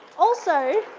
also!